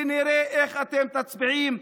ונראה איך אתם תצביעו,